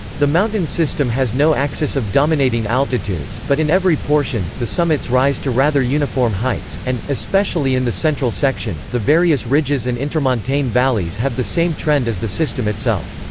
the mountain system has no axis of dominating altitudes, but in every portion, the summits rise to rather uniform heights, and, especially in the central section, the various ridges and intermontane valleys have the same trend as the system itself.